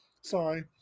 Sorry